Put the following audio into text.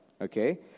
okay